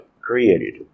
created